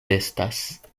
restas